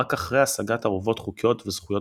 ורק אחרי השגת ערובות חוקיות וזכויות